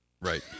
Right